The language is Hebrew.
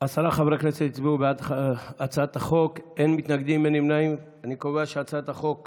להעביר את הצעת חוק לתיקון פקודת התעבורה